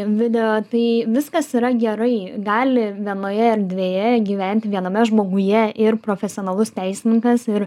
video tai viskas yra gerai gali vienoje erdvėje gyventi viename žmoguje ir profesionalus teisininkas ir